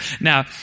Now